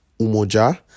umoja